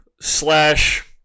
slash